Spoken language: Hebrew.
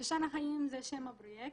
שושן החיים זה שם הפרויקט.